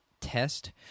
test